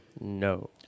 No